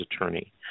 attorney